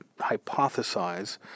hypothesize